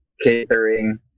catering